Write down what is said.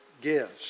gives